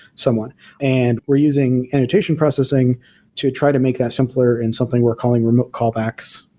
someone and we're using annotation processing to try to make that simpler in something we're calling remote callbacks,